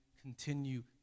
continue